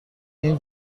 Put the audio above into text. این